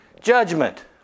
Judgment